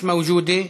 מיש מאוג'ודה.